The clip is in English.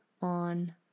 on